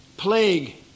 plague